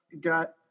got